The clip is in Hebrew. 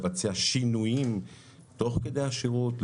לבצע שינויים תוך כדי השירות,